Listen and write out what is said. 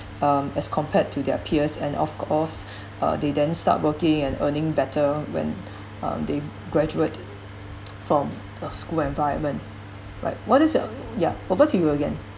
um as compared to their peers and of course uh they then start working and earning better when uh they graduate from a school environment like what is your ya over to you again